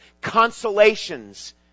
consolations